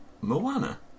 Moana